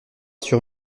sur